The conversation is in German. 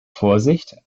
vorsicht